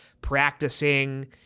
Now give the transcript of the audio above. practicing